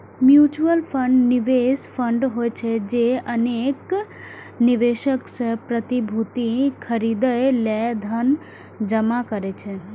mutual fund निवेश fund होइ छै, जे अनेक निवेशक सं प्रतिभूति खरीदै लेल धन जमा करै छै